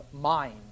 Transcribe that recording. mind